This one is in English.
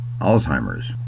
Alzheimer's